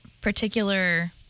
particular